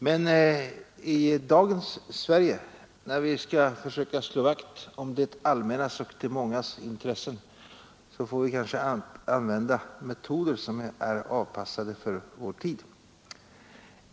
Men i dagens Sverige får vi kanske, när vi skall försöka slå vakt om det allmännas och de mångas intressen, använda metoder som är avpassade för vår tid.